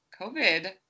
COVID